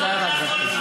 תודה, גברתי.